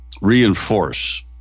reinforce